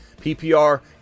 PPR